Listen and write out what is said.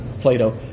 Plato